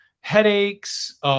headaches